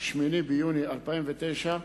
8 ביוני 2009,